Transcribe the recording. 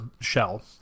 shell